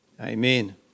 amen